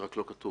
זה רק לא כתוב.